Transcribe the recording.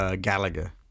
Gallagher